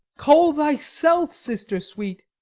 call thyself sister, sweet,